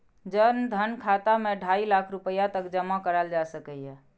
जन धन खाता मे ढाइ लाख रुपैया तक जमा कराएल जा सकैए